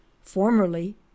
formerly